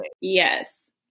yes